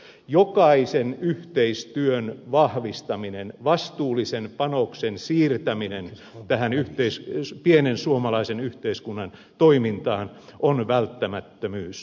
jokaisen toimijan yhteistyön vahvistaminen vastuullisen panoksen siirtäminen tämän pienen suomalaisen yhteiskunnan toimintaan on välttämättömyys